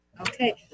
Okay